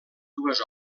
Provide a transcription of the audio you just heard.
dues